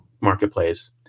marketplace